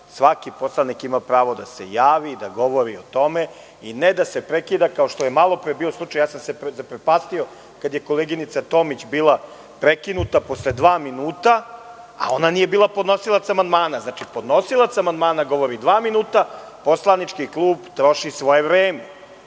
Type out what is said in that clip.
svaki poslanik ima pravo da se javi i da govori o tome i ne da se prekida, kao što je malopre bio slučaj. Zaprepastio sam se kada je koleginica Tomić bila prekinuta posle dva minuta, a ona nije bila podnosilac amandmana. Znači, podnosilac amandmana govori dva minuta, poslanički klub troši svoje vreme.